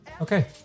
Okay